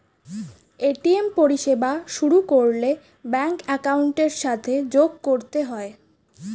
ATM পরিষেবা শুরু করলে ব্যাঙ্ক অ্যাকাউন্টের সাথে যোগ করতে হয়